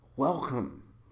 Welcome